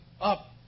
up